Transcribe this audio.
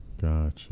Gotcha